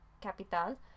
capital